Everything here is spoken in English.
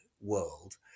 world